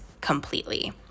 completely